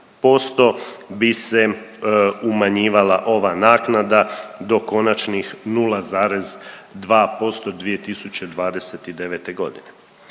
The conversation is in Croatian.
bi se umanjivala ova naknada do konačnih 0,2% 2029.g..